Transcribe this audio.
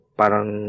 parang